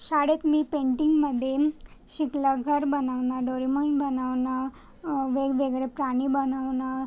शाळेत मी पेंटिंगमध्ये शिकलं घर बनवणं डोरेमॉन बनवणं वेगवेगळे प्राणी बनवणं